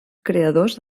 creadors